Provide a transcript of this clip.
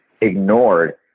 ignored